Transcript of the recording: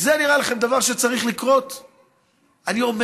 זה נראה לכם דבר שצריך לקרות?